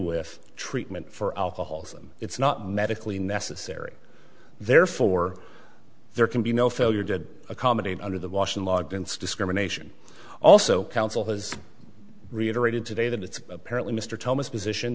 with treatment for alcoholism it's not medically necessary therefore there can be no failure to accommodate under the washing logons discrimination also counsel has reiterated today that it's apparently mr thomas position